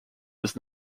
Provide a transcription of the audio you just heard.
does